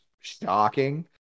shocking